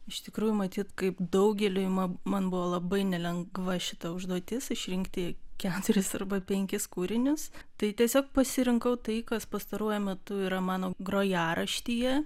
iš tikrųjų matyt kaip daugeliui ma man buvo labai nelengva šita užduotis išrinkti keturis arba penkis kūrinius tai tiesiog pasirinkau tai kas pastaruoju metu yra mano grojaraštyje